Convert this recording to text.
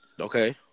Okay